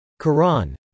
Quran